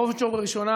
בראש ובראשונה,